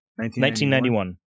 1991